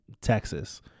Texas